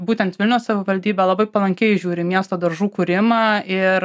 būtent vilniaus savivaldybė labai palankiai žiūri į miesto daržų kūrimą ir